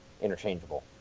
interchangeable